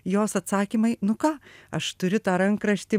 jos atsakymai nu ką aš turiu tą rankraštį